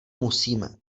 musíme